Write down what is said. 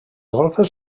golfes